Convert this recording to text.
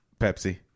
Pepsi